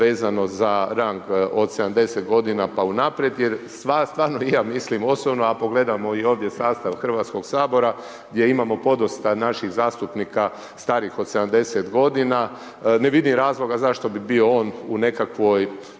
za rang od 70 godina pa unaprijed jer stvarno i ja mislim osobno a pogledamo i ovdje sastav Hrvatskog sabora gdje imamo podosta naših zastupnika starijih od 70 godina. Ne vidim razloga zašto bi bio on u nekakvoj